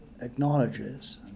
acknowledges